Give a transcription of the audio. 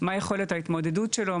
מה יכולת ההתמודדות שלו,